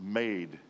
made